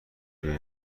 روی